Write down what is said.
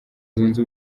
zunze